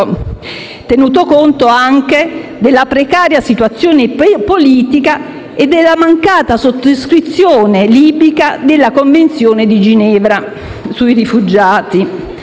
tenuto conto anche della precaria situazione politica e della mancata sottoscrizione libica della Convenzione di Ginevra sui rifugiati.